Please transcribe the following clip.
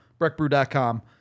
Breckbrew.com